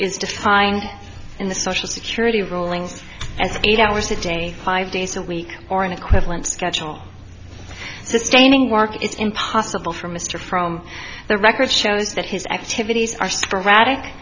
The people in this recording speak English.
is defined in the social security rulings as eight hours a day five days a week or an equivalent schedule sustaining work is impossible for mr from the record shows that his activities are sporadic